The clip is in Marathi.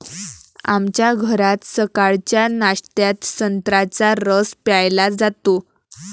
आमच्या घरात सकाळच्या नाश्त्यात संत्र्याचा रस प्यायला जातो